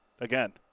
again